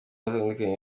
atandukanye